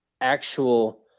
actual